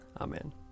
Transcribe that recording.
Amen